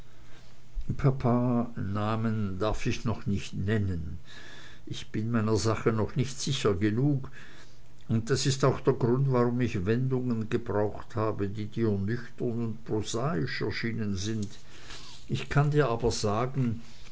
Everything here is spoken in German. papa namen darf ich noch nicht nennen ich bin meiner sache noch nicht sicher genug und das ist auch der grund warum ich wendungen gebraucht habe die dir nüchtern und prosaisch erschienen sind ich kann dir aber sagen